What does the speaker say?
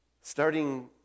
Starting